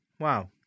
Wow